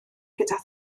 gyda